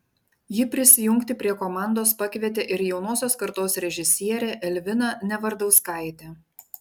ji prisijungti prie komandos pakvietė ir jaunosios kartos režisierę elviną nevardauskaitę